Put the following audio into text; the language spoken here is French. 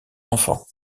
enfant